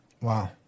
Wow